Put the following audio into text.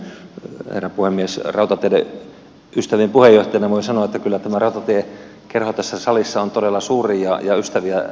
rautateiden ystävien puheenjohtajana voin sanoa että kyllä tämä rautatiekerho tässä salissa on todella suuri ja ystäviä löytyy